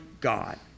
God